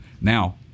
Now